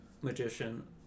magician